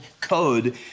code